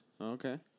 Okay